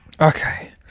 Okay